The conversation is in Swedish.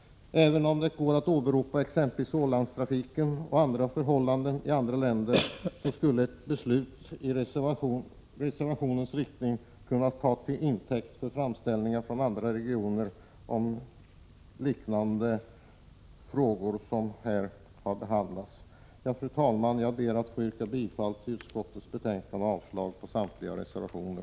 Det är sant att man kan åberopa exempelvis Ålandstrafiken och förhållanden i andra länder, men ett beslut i reservationens riktning skulle kunna tas till intäkt för liknande framställningar från andra regioner. Fru talman! Jag ber att få yrka bifall till utskottets hemställan och avslag på samtliga reservationer.